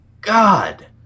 God